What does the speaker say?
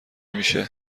میشه